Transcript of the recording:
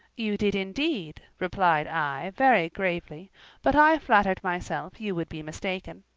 you did, indeed, replied i very gravely but i flattered myself you would be mistaken.